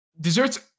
desserts